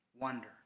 wonder